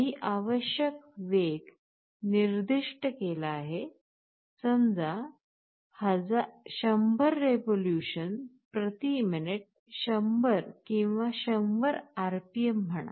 काही आवश्यक वेग निर्दिष्ट केला आहे समजा 100 रिव्होल्यूशन प्रति मिनिट 100 किंवा 100 RPM म्हणा